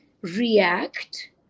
react